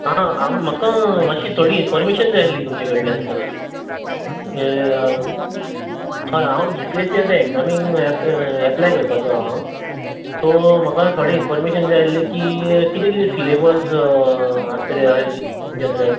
आं हांव म्हाका मातशी थोडी इनफॉर्मेशन जाय आसली तुमचे कडल्यान सर हें हय हांव जी पी एस सी आतां एग्जॅमींग एप एप्लाय करपाचो आसा हांव सो म्हाका थोडे इनफॉर्मेशन जाय आसलें की कितें कितें सिलेबस आसतलें अशें ज जनरल